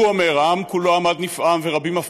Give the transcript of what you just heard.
והוא אמר: "העם כולו עמד נפעם ורבים אף